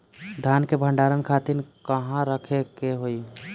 धान के भंडारन खातिर कहाँरखे के होई?